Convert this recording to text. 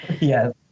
Yes